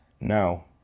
Now